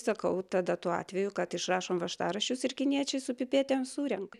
sakau tada tuo atveju kad išrašom važtaraščius ir kiniečiai su pipėtėm surenka